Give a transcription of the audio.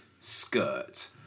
skirt